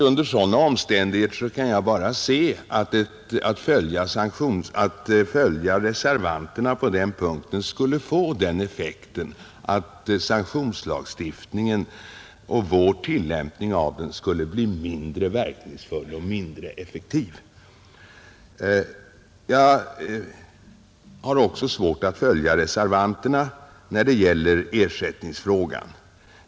Under sådana omständigheter kan jag inte finna annat än att vi genom att följa reservanterna på den punkten skulle medverka till att sanktionslagstiftningen skulle bli mindre verkningsfull och mindre effektiv. Jag har också svårt att följa reservanterna när det gäller ersättningsfrågan.